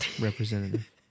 representative